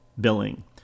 billing